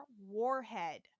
warhead